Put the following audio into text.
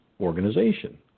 organization